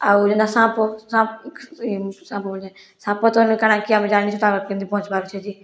ଆଉ ଯେନ୍ତା ସାପ ସାପ୍ ଏ ସାପ ଭଳିଆ ସାପ ଚଢ଼ିଲେ କାଣା କି ଆମେ ଜାଣିଛୁ ତାର୍ କେମିତି ବଞ୍ଚିବାର୍ ଅଛେ ଯେ